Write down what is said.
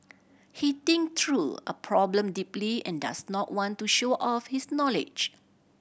he thinks through a problem deeply and does not want to show off his knowledge